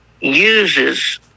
uses